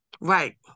right